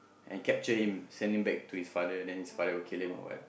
and capture him send him back to his father and then his father will kill him or what